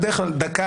בדרך כלל דקה,